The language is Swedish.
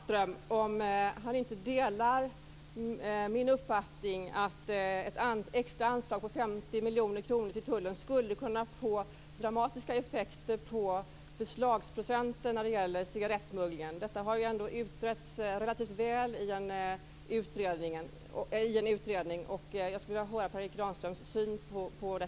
Fru talman! Jag skulle vilja fråga Per Erik Granström om han inte delar min uppfattning att ett extra anslag på 50 miljoner kronor till tullen skulle kunna få dramatiska effekter på beslagsprocenten när det gäller cigarettsmugglingen. Detta har ändå utretts relativt väl i en utredning, och jag skulle vilja höra Per Erik Granströms syn på det.